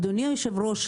אדוני היושב-ראש,